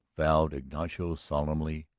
vowed ignacio solemnly,